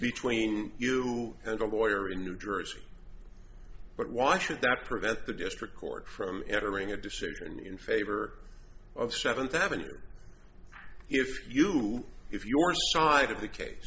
between you and a lawyer in new jersey but why should that prevent the district court from entering a decision in favor of seventh avenue if you if your side of the ca